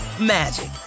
magic